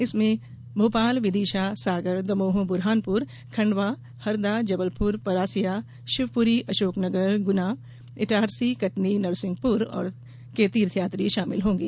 इनमें भोपाल विदिशा सागर दमोह बुरहानपुर खण्डवा हरदा जबलपुर परासिया शिवपुरी अशोकनगर गुना इटारसी कटनी नरसिंहपुर के तीर्थ यात्री शामिल होंगे